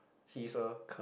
he is a